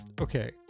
Okay